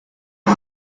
new